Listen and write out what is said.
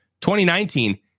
2019